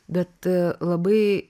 bet labai